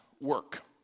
work